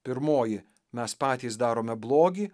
pirmoji mes patys darome blogį